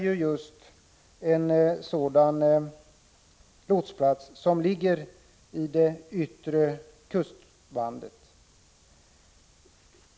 Idö lotsplats ligger just i det yttre kustbandet.